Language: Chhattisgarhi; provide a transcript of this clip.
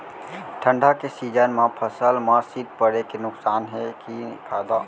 ठंडा के सीजन मा फसल मा शीत पड़े के नुकसान हे कि फायदा?